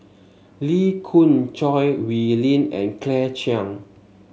Lee Khoon Choy Wee Lin and Claire Chiang